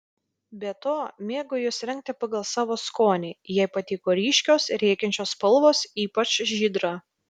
be to mėgo juos rengti pagal savo skonį jai patiko ryškios rėkiančios spalvos ypač žydra